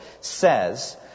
says